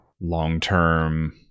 long-term